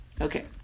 Okay